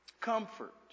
comfort